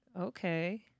Okay